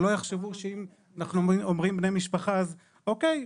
שלא יחשבו שאם אנחנו אומרים בני משפחה אז אוקי,